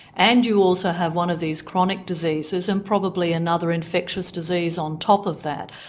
and you also have one of these chronic diseases, and probably another infectious disease on top of that,